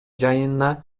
жайына